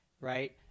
right